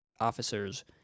officers